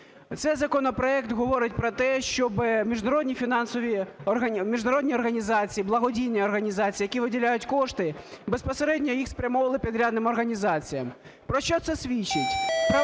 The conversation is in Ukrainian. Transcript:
Цей законопроект говорить про те, щоб міжнародні фінансові, міжнародні організації, благодійні організації, які виділяють кошти, безпосередньо їх спрямовували підрядним організаціям. Про що це свідчить?